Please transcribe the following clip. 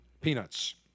peanuts